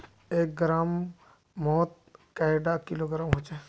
एक ग्राम मौत कैडा किलोग्राम होचे?